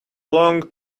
long